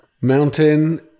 Mountain